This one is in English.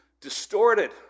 distorted